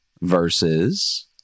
versus